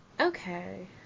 okay